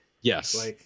Yes